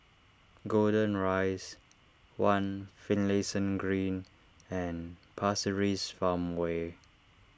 Golden Rise one Finlayson Green and Pasir Ris Farmway